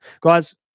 Guys